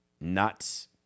nuts